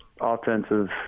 offensive